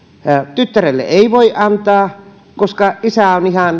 tyttärelle ei voi antaa koska isä